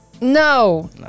No